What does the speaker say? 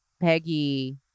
Peggy